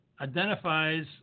identifies